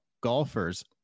golfers